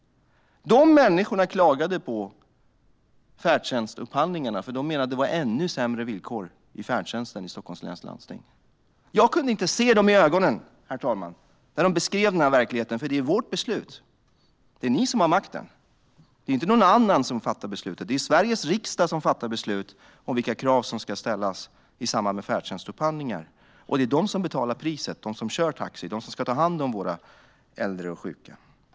De människorna klagade på färdtjänstupphandlingarna. De menade att det var ännu sämre villkor i färdtjänsten i Stockholms läns landsting. Herr talman! Jag kunde inte se dem i ögonen när de beskrev den verkligheten, för det är vårt beslut och ni som har makten. Det är inte någon annan som fattar beslutet. Det är Sveriges riksdag som fattar beslut om vilka krav som ska ställas i samband med färdtjänstupphandlingar. Det är de som kör taxi och de som ska ta hand om våra äldre och sjuka som betalar priset.